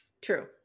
True